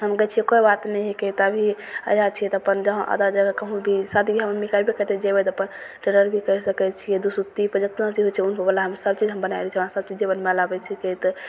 हम कहय छियै कोइ बात नहि हइके तभी आजाद छियै तऽ अपन आगा जे अगर कहूँ भी शादी बियाह मे एबय करतय जेबय तऽ अपन करि सकय छियै दुसुत्तीपर जेतना जे होइ छै ओहूवला मे सभचीज हम बनाय लै छियै अहाँ सभचीज जे बनबल आबय छिकै तऽ